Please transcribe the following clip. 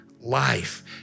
life